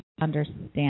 understand